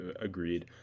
agreed